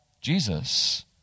Jesus